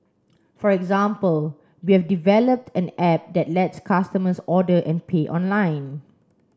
for example we have developed an app that lets customers order and pay online